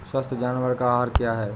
स्वस्थ जानवर का आहार क्या है?